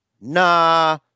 nah